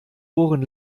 ohren